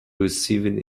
receiving